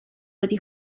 wedi